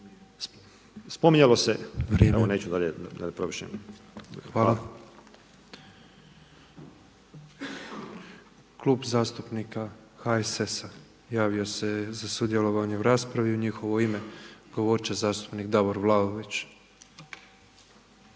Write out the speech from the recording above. Božo (MOST)** Hvala. Klub zastupnika HSS-a javio se za sudjelovanje u raspravi. U njihovo ime govoriti će zastupnik Davor Vlaović.